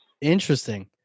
Interesting